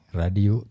radio